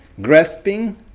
Grasping